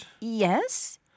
Yes